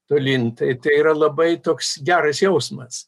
tolyn tai yra labai toks geras jausmas